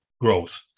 growth